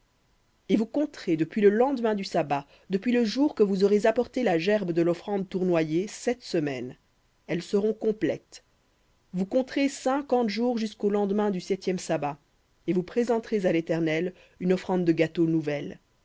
et vous compterez depuis le lendemain du sabbat depuis le jour que vous aurez apporté la gerbe de l'offrande tournoyée sept semaines elles seront complètes vous compterez cinquante jours jusqu'au lendemain du septième sabbat et vous présenterez à l'éternel une offrande de gâteau nouvelle